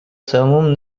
تموم